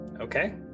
Okay